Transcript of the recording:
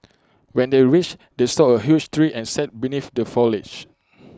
when they reached they saw A huge tree and sat beneath the foliage